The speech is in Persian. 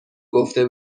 گفته